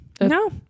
No